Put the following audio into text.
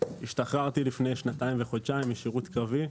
השתחררתי לפני שנתיים וחודשיים משירות קרבי,